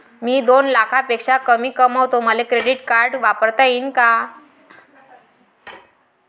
मी दोन लाखापेक्षा कमी कमावतो, मले क्रेडिट कार्ड वापरता येईन का?